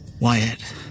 Wyatt